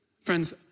friends